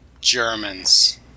Germans